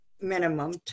minimum